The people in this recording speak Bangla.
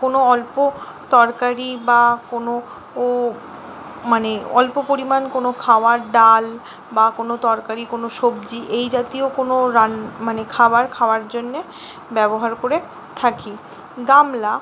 কোনো অল্প তরকারি বা কোনো মানে অল্প পরিমাণ কোনো খাওয়ার ডাল বা কোনো তরকারি কোনো সবজি এই জাতীয় কোনো মানে খাবার খাওয়ার জন্যে ব্যবহার করে থাকি গামলা